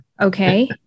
Okay